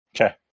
Okay